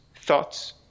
thoughts